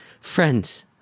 friends